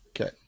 Okay